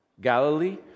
Galilee